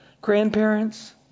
Grandparents